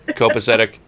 copacetic